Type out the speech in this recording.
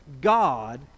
God